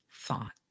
thought